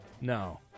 No